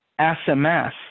SMS